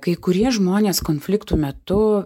kai kurie žmonės konfliktų metu